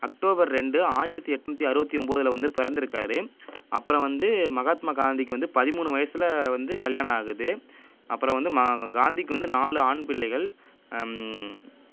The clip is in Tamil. அக்டோபர் ரெண்டு ஆயிரத்தி எண்நூத்தி அறுபத்தி ஒன்போதுல வந்து பிறந்துருக்கார் அப்புறம் வந்து மகாத்மா காந்திக்கு வந்து பதிமூணு வயசில் வந்து கல்யாணம் ஆகுது அப்புறம் வந்து மா காந்திக்கு வந்து நாலு ஆண் பிள்ளைகள்